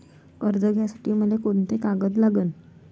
कर्ज घ्यासाठी मले कोंते कागद लागन?